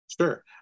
Sure